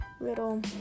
little